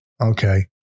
Okay